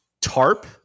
tarp